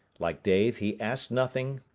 like dave, he asked nothing,